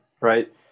right